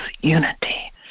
unity